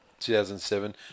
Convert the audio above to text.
2007